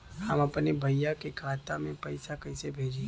हम अपने भईया के खाता में पैसा कईसे भेजी?